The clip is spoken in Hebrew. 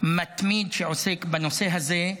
מתמיד שעוסק בנושא הזה,